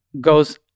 goes